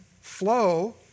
flow